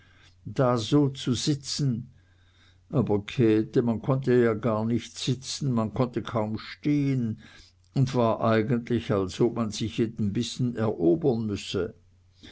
da so zu sitzen aber käthe man konnte ja gar nicht sitzen man konnte kaum stehn und war eigentlich als ob man sich jeden bissen erobern müsse